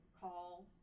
call